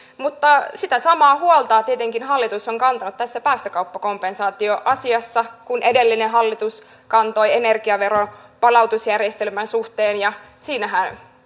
mutta sitä samaa huolta tietenkin hallitus on kantanut tässä päästökauppakompensaatioasiassa kuin edellinen hallitus kantoi energiaveron palautusjärjestelmän suhteen ja siinähän